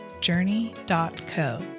journey.co